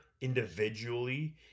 individually